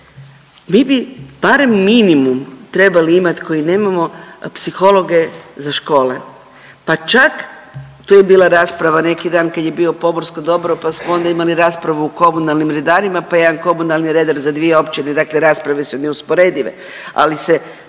mi bi barem minimum trebali imat koji nemamo psihologe za škole, pa čak, tu je bila rasprava neki dan kad je bio pomorsko dobro, pa smo onda imali raspravu o komunalnim redarima, pa jedan komunalni redar za dvije općine, dakle rasprave su neusporedive, ali se,